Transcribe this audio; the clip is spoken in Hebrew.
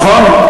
נכון.